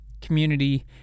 community